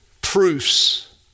proofs